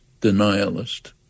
denialist